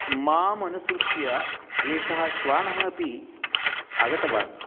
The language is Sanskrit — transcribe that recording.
माम् अनुसृत्य एषः श्वानः अपि आगतवान्